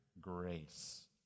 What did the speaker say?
grace